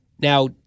Now